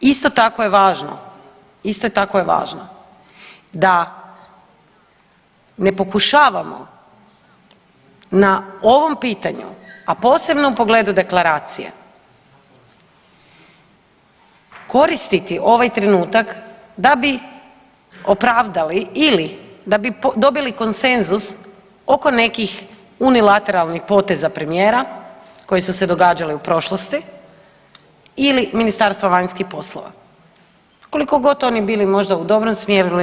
Isto tako je važno, isto tako je važno da ne pokušavamo na ovom pitanju, a posebno u pogledu deklaracije koristiti ovaj trenutak da bi opravdali ili da bi dobili konsenzus oko nekih unilateralnih poteza premijera koji su se događali u prošlosti ili Ministarstva vanjskih poslova koliko god oni bili možda u dobrom smjeru ili ne.